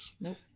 Nope